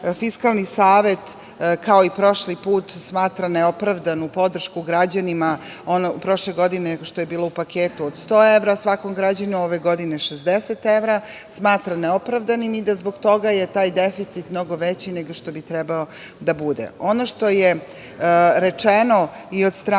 Fiskalni savet, kao i prošli put, smatra neopravdanu podršku građanima prošle godine što je bilo u paketu od 100 evra svakom građaninu, ove godine 60 evra, smatra neopravdanim i da je zbog toga taj deficit mnogo veći nego što bi trebao da bude. Ono